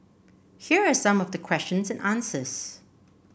here are some of the questions and answers